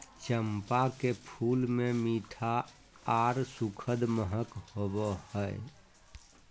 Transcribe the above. चंपा के फूल मे मीठा आर सुखद महक होवो हय